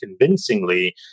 convincingly